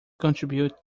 contribute